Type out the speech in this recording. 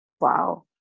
Wow